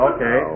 Okay